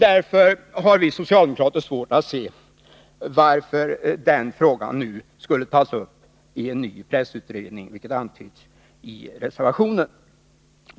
Därför har vi socialdemokrater svårt att se varför den frågan nu skall tas upp i en ny pressutredning, vilket antyds i reservationen.